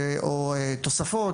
או תוספות,